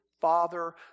father